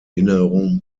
erinnerung